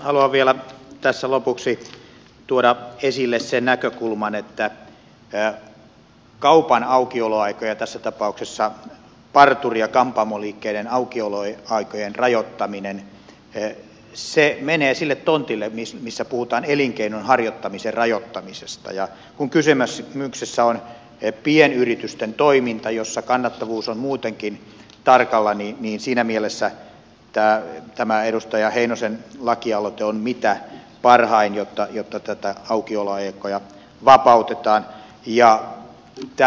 haluan vielä tässä lopuksi tuoda esille sen näkökulman että kaupan aukioloaikojen ja tässä tapauksessa parturi ja kampaamoliikkeiden aukioloaikojen rajoittaminen menee sille tontille missä puhutaan elinkeinon harjoittamisen rajoittamisesta ja kun kysymyksessä on pienyritysten toiminta jossa kannattavuus on muutenkin tarkalla niin siinä mielessä tämä edustaja heinosen lakialoite siitä että näitä aukioloaikoja vapautetaan on mitä parhain